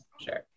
Sure